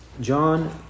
John